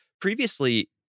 previously